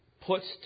puts